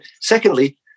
secondly